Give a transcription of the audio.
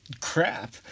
Crap